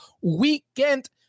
weekend